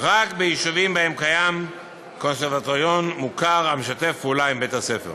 רק ביישובים שבהם קיים קונסרבטוריון מוכר המשתף פעולה עם בית-הספר.